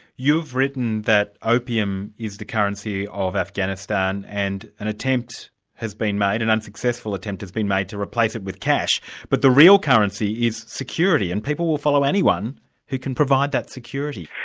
you've written that opium is the currency of afghanistan, and an attempt has been made, an and unsuccessful attempt has been made to replace it with cash but the real currency is security, and people will follow anyone who can provide that security.